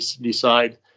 decide